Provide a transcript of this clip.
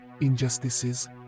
injustices